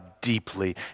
deeply